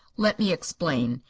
let me explain.